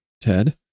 Ted